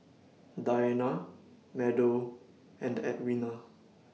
Diana Meadow and Edwina